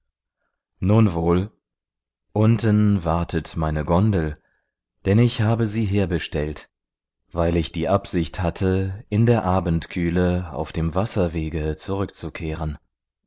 nun wohl unten wartet meine gondel denn ich habe sie herbestellt weil ich die absicht hatte in der abendkühle auf dem wasserwege zurückzukehren